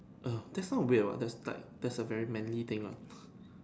oh that's not weird what that's like that's a manly thing lah